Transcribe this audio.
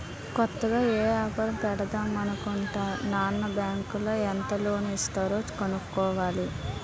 కొత్తగా ఏపారం పెడదామనుకుంటన్నాను బ్యాంకులో ఎంత లోను ఇస్తారో కనుక్కోవాల